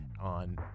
on